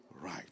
right